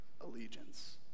allegiance